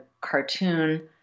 cartoon